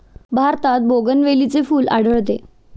भारतात बोगनवेलीचे फूल आढळते